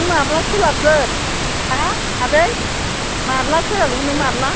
नों माब्ला सोलाबगोन हा आदै माब्ला सोलाबगोन नों माब्ला